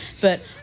But-